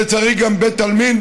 ולצערי גם בית עלמין,